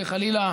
חלילה,